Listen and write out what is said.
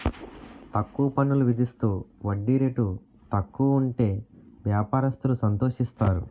తక్కువ పన్నులు విధిస్తూ వడ్డీ రేటు తక్కువ ఉంటే వ్యాపారస్తులు సంతోషిస్తారు